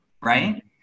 right